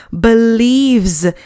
believes